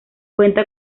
cuenta